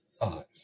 five